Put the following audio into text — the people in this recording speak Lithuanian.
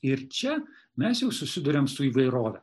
ir čia mes jau susiduriam su įvairove